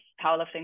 powerlifting